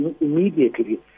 immediately